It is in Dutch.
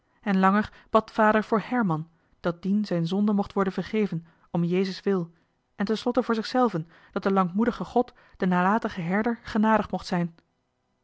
en langer bad vader voor herman dat dien zijn zonde mocht worden vergeven om jezus wil en ten slotte bad vader voor zichzelven dat de lankmoedige god den nalatigen herder genadig mocht zijn